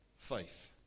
faith